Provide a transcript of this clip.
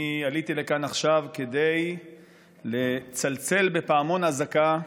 אני עליתי לכאן עכשיו כדי לצלצל בפעמון אזעקה,